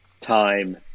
time